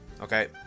Okay